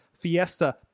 fiesta